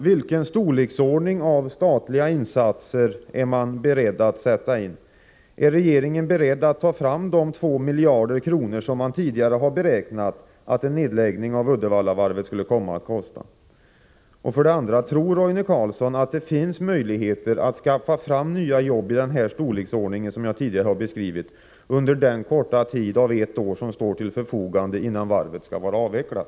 Hur omfattande statliga insatser är man beredd att sätta in? Är regeringen beredd att ta fram de två miljarder kronor som man tidigare har beräknat att en nedläggning av Uddevallavarvet skulle komma att kosta? 2. Tror Roine Carlsson att det finns möjligheter att skaffa fram nya jobb i den storleksordning som jag här tidigare har beskrivit under den korta tid, ett år, som står till förfogande, innan varvet skall vara avvecklat?